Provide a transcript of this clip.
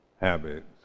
habits